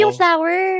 flower